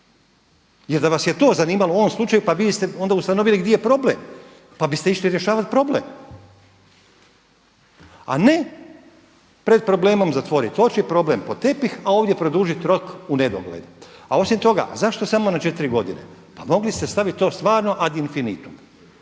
Jer da vas je to zanimalo u ovom slučaju pa vi biste onda ustanovili di je problem, pa biste išli rješavati problem. A ne pred problemom zatvoriti oči, problem pod tepih a ovdje produžiti rok u nedogled. A osim toga zašto samo na 4 godine? Pa mogli ste staviti to stvarno ad infinitum